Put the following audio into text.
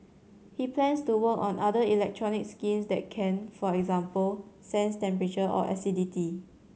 he plans to work on other electronic skins that can for example sense temperature or acidity